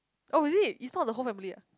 oh is it it's not the whole family ah